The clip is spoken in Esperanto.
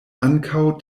ankaŭ